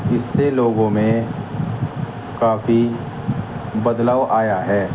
اس سے لوگوں میں کافی بدلاؤ آیا ہے